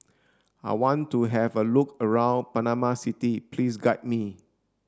I want to have a look around Panama City please guide me